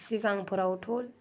सिगांफोरावथ'